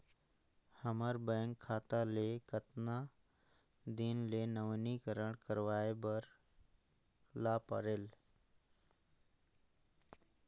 हमर बैंक खाता ले कतना दिन मे नवीनीकरण करवाय ला परेल?